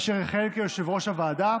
אשר יכהן כיושב-ראש הוועדה,